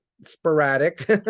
sporadic